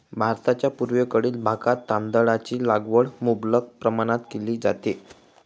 भारताच्या पूर्वेकडील भागात तांदळाची लागवड मुबलक प्रमाणात केली जाते